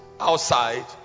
outside